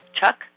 Chuck